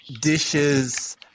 dishes